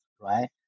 right